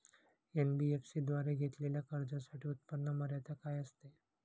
NBFC द्वारे घेतलेल्या कर्जासाठी उत्पन्न मर्यादा काय असते?